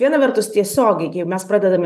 viena vertus tiesiogiai kai mes pradedame